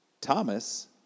Thomas